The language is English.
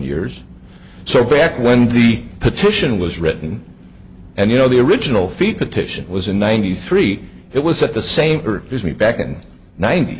years or so back when the petition was written and you know the original feet petition was in ninety three it was at the same as me back in ninety